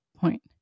point